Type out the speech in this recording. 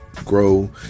grow